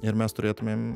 ir mes turėtumėm